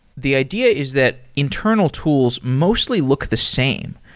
the idea is that internal tools mostly look the same.